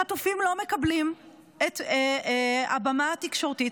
החטופים לא מקבלים מספיק את הבמה התקשורתית.